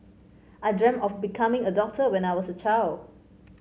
I dreamt of becoming a doctor when I was a child